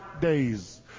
days